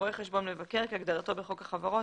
"רואה חשבון מבקר" כהגדרתו בחוק החברות,